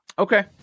Okay